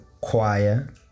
choir